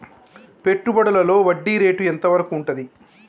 పెట్టుబడులలో వడ్డీ రేటు ఎంత వరకు ఉంటది?